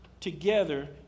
together